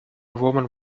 woman